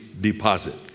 deposit